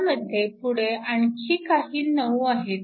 ह्यामध्ये पुढे आणखी काही 9 आहेत